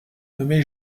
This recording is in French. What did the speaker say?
nommé